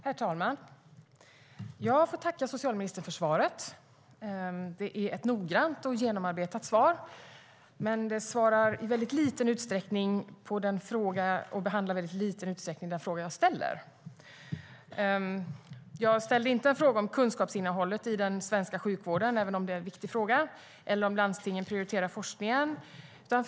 Herr talman! Jag får tacka socialministern för svaret. Det är ett noggrant och genomarbetat svar, men det besvarar och behandlar i väldigt liten utsträckning den fråga jag ställde. Jag ställde inte en fråga om kunskapsinnehållet i den svenska sjukvården, även om det är en viktig fråga, eller en fråga om landstingen prioriterar forskningen.